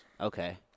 Okay